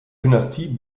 dynastie